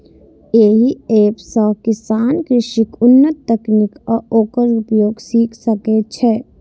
एहि एप सं किसान कृषिक उन्नत तकनीक आ ओकर प्रयोग सीख सकै छै